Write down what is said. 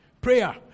Prayer